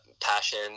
passion